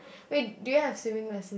wait do you have swimming lesson